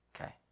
Okay